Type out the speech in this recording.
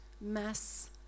mass